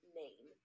name